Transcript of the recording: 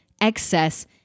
excess